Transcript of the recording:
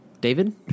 David